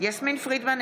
יסמין פרידמן,